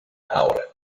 ahora